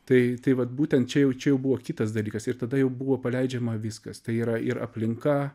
tai tai vat būtent čia jau čia jau buvo kitas dalykas ir tada jau buvo paleidžiama viskas tai yra ir aplinka